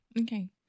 Okay